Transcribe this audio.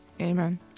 Amen